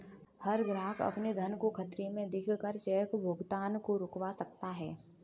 हर ग्राहक अपने धन को खतरे में देख कर चेक भुगतान को रुकवा सकता है